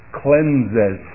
cleanses